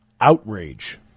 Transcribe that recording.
outrage